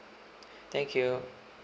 thank you